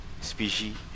species